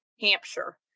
Hampshire